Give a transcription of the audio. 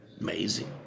amazing